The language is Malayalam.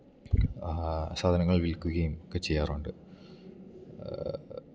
സാധനങ്ങൾ വിൽക്കുകയും ഒക്കെ ചെയ്യാറുണ്ട്